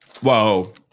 Whoa